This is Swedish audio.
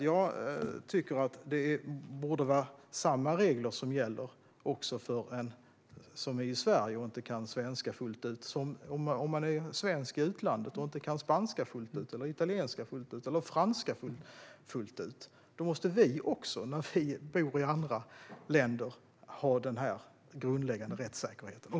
Jag tycker att samma regler borde gälla för dem som är i Sverige och inte kan svenska fullt ut som för svenskar i utlandet som inte kan exempelvis spanska, italienska eller franska fullt ut. När vi bor i andra länder måste vi också ha den här grundläggande rättssäkerheten.